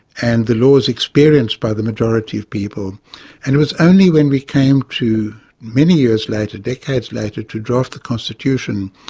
and the laws experienced by the majority of people and it was only when we came to many years later, decades later to draft the constitution,